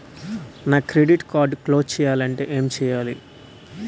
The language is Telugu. నా క్రెడిట్ కార్డ్ క్లోజ్ చేయాలంటే ఏంటి చేయాలి?